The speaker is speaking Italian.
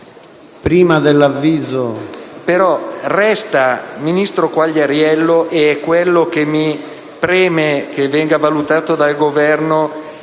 prima dell'avvio